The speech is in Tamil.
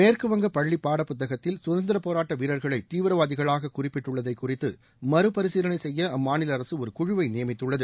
மேற்குவங்க பள்ளி பாடப் புத்தகத்தில் குதந்திரப் போராட்ட வீரர்களை தீவிரவாதிகளாக குறிப்பிட்டுள்ளதை குறித்து மறுபரிசீலனை செய்ய அம்மாநில அரசு ஒரு குழுவை நியமித்துள்ளது